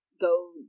go